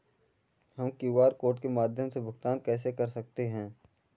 हम QR code के माध्यम से भुगतान कैसे कर सकते हैं?